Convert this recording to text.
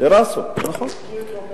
טרסות, נכון.